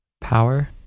power